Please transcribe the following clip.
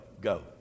go